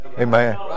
Amen